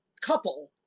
couple